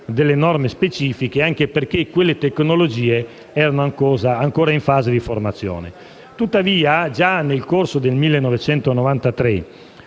delle norme specifiche, anche perché quelle tecnologie erano ancora in fase di formazione. Tuttavia, già nel corso del 1993,